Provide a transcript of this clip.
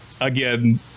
again